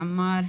כבוד השר עמאר,